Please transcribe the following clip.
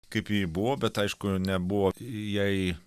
kaip ji buvo bet aišku nebuvo jai